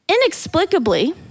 inexplicably